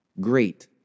great